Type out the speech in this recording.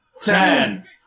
ten